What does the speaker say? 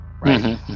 Right